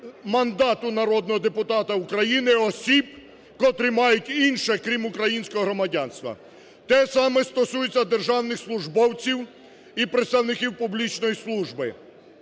мандату народного депутата України осіб, котрі мають інше, крім українського, громадянство. Те ж саме стосується державних службовців і представників публічної служби,